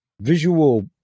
visual